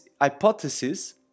hypothesis